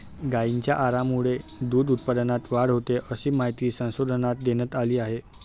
गायींच्या आरामामुळे दूध उत्पादनात वाढ होते, अशी माहिती संशोधनात देण्यात आली आहे